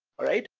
alright?